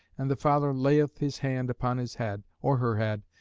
and the father layeth his hand upon his head, or her head,